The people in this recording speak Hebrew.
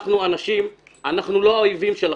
אנחנו אנשים, אנחנו לא האויבים שלכם.